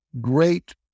great